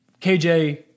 KJ